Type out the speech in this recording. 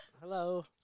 Hello